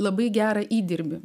labai gerą įdirbį